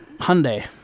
Hyundai